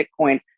Bitcoin